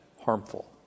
harmful